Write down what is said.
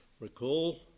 recall